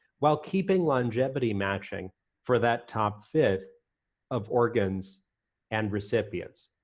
while keeping longevity matching for that top fifth of organs and recipients.